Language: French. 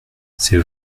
c’est